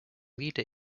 leader